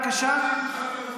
בבקשה.